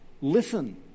Listen